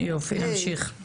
יופי, נמשיך.